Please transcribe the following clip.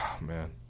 man